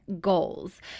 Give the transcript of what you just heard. goals